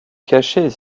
cacher